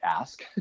ask